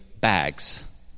Bags